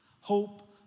hope